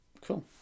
Cool